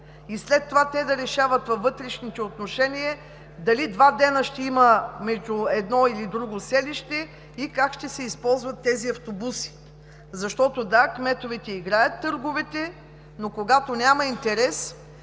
и след това да решават във вътрешните отношения дали два дни ще има между едно или друго селище и как ще се използват тези автобуси. Да, кметовете играят на търговете, но когато няма интерес,